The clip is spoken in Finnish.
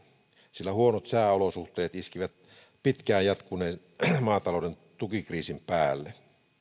sillä huonot sääolosuhteet iskivät pitkään jatkuneen maatalouden tukikriisin päälle